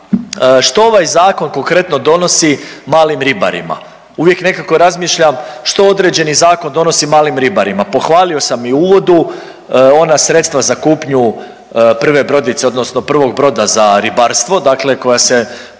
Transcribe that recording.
što ovaj Zakon konkretno donosi malim ribarima? Uvijek nekako razmišljam što određeni zakon donosi malim ribarima? Pohvalio sam i u uvodu, ona sredstva za kupnju prve brodice, odnosno prvog broda za ribarstvo dakle koja se,